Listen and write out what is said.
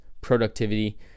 productivity